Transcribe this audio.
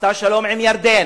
עשתה שלום עם ירדן.